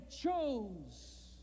chose